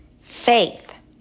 Faith